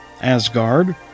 Asgard